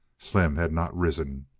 slim had not risen.